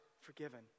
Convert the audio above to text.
forgiven